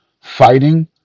fighting